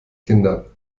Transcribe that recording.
kinder